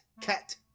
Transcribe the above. Cat